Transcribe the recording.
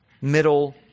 middle